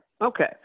Okay